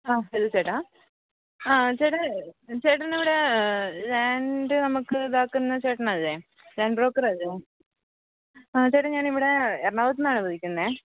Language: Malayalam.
ആ ഹാലോ ചേട്ടാ ആ ചേട്ടാ ചേട്ടനിവിടെ ലാൻഡ് നമുക്ക് ഇതാക്കുന്ന ചേട്ടനല്ലേ ലാൻഡ് ബ്രോക്കറല്ലേ അ ചേട്ടാ ഞാൻ ഇവിടെ എറണാകുളത്തുന്നാണ് വിളിക്കുന്നത്